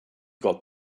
got